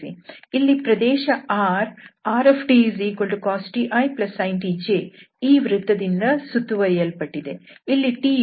ಇಲ್ಲಿ ಪ್ರದೇಶ R rtcos t isin t j ಈ ವೃತ್ತದಿಂದ ಸುತ್ತುವರಿಯಲ್ಪಟ್ಟಿದೆ